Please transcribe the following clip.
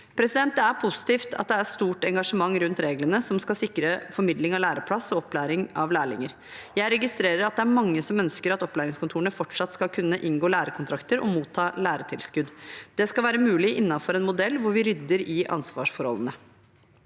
setter. Det er positivt at det er stort engasjement rundt reglene som skal sikre formidling av læreplass og opplæring av lærlinger. Jeg registrerer at det er mange som ønsker at opplæringskontorene fortsatt skal kunne inngå lærekontrakter og motta læretilskudd. Det skal være mulig innenfor en modell hvor vi rydder i ansvarsforholdene.